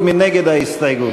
ההסתייגות?